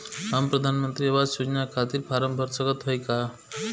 हम प्रधान मंत्री आवास योजना के खातिर फारम भर सकत हयी का?